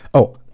oh.